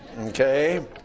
Okay